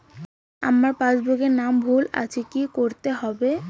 আমার পাসবুকে নাম ভুল আছে কি করতে হবে?